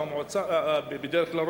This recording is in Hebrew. בדרך כלל,